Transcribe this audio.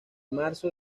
marzo